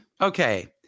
Okay